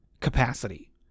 capacity